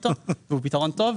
שהוא פתרון טוב,